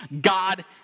God